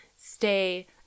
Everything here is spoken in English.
stay